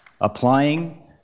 applying